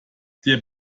der